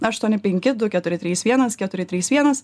aštuoni penki du keturi trys vienas keturi trys vienas